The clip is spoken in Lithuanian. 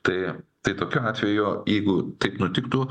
tai tai tokiu atveju jeigu taip nutiktų